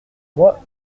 moi